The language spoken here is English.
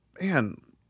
man